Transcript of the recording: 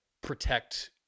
protect